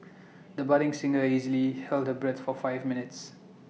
the budding singer easily held her breath for five minutes